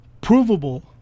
provable